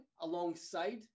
alongside